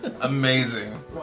Amazing